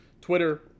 Twitter